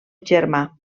germà